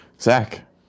Zach